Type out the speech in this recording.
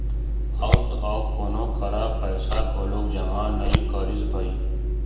अउ त अउ कोनो करा पइसा घलोक जमा नइ करिस भई